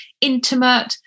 intimate